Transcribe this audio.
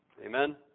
Amen